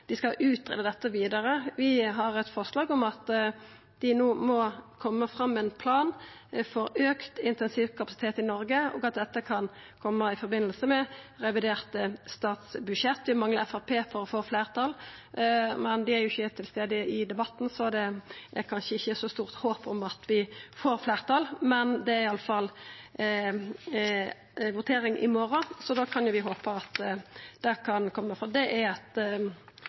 Dei skal greia ut dette vidare. Vi har eit forslag om at dei no må koma fram med ein plan for auka intensivkapasitet i Noreg, og at dette kan koma i samband med revidert statsbudsjett. Vi manglar Framstegspartiet for å få fleirtal, men dei er ikkje til stades i debatten, så det er kanskje ikkje så stort håp om at vi får fleirtal. Det er iallfall votering i morgon, så da kan vi jo håpa at det kan koma, for det er eit